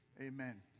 amen